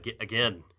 Again